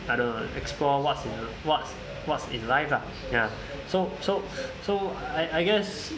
I don't know explore what's in what's what's in life ah ya so so so I I guess